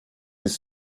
his